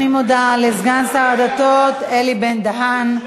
אני מודה לסגן שר הדתות אלי בן-דהן.